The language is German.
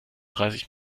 dreißig